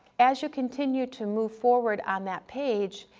as you continue to move forward on that page,